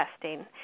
testing